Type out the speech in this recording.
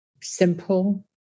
simple